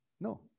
No